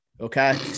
okay